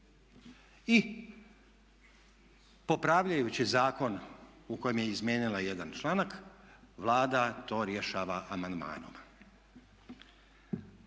I popravljajući zakon u kojem je izmijenila jedan članak Vlada to rješava amandmanom.